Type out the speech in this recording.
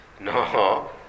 no